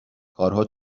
کارها